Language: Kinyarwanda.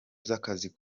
z’akazi